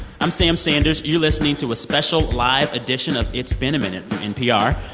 i'm sam sanders. you're listening to a special live edition of it's been a minute from npr.